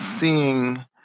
seeing